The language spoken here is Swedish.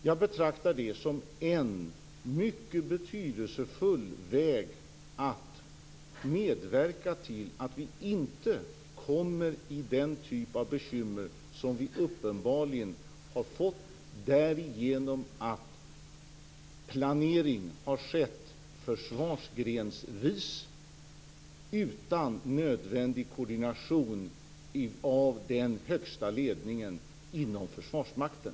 Jag betraktar det som en mycket betydelsefull väg att medverka till att vi inte kommer i den typ av bekymmer som vi uppenbarligen har fått på grund av att planering har skett försvarsgrensvis utan nödvändig koordination av den högsta ledningen inom Försvarsmakten.